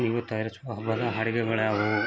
ನೀವು ತಯಾರಿಸುವ ಹಬ್ಬದ ಅಡುಗೆಗಳ್ ಯಾವುವು